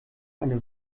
eine